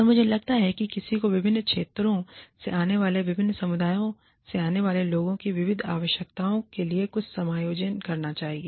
और मुझे लगता है किसी को विभिन्न क्षेत्रों से आने वाले विभिन्न समुदायों से आने वाले लोगों की विविध आवश्यकताओं के लिए कुछ समायोजन करना चाहिए